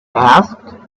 asked